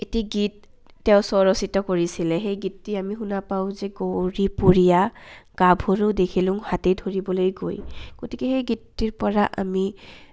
এটি গীত তেওঁ স্বৰচিত কৰিছিলে সেই গীতটি আমি শুনাা পাওঁ যে গৌৰীপুৰীয়া গাভৰু দেখিলো হাতী ধৰিবলৈ গৈ গতিকে সেই গীতটিৰ পৰা আমি